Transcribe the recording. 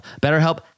BetterHelp